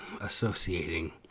associating